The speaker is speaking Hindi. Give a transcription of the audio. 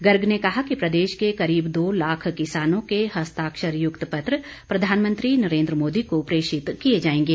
गर्ग ने कहा कि प्रदेश के करीब दो लाख किसानों के हस्ताक्षर युक्त पत्र प्रधानमंत्री नरेंद्र मोदी को प्रेषित किए जाएंगे